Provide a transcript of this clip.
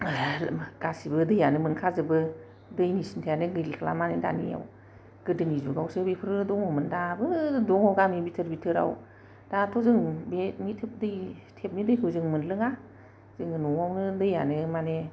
गासिबो दैयानो मोनखा जोबो दैनि सिन्थायानो गैला माने दानियाव गोदोनि जुगावसो बेफोरो दंङमोन दाबो दङ गामि बिथोर बिथोराव दाथ' जों बेनि टेपनि दैखौ जों मोनलोङा जोङो न'आवनो दैयानो माने